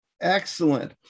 Excellent